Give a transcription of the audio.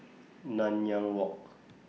Nanyang Walk